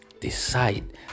Decide